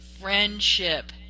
friendship